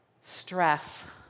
stress